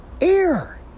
air